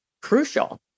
crucial